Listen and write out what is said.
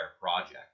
project